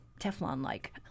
Teflon-like